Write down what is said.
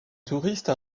touristes